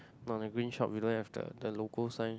no the green shop we don't have the the logo sign